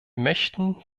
möchten